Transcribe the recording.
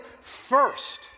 first